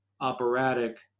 operatic